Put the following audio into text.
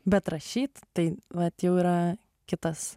bet rašyt tai vat jau yra kitas